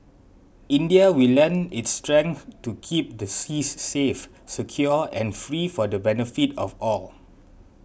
India will lend its strength to keep the seas safe secure and free for the benefit of all